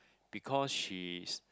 because she is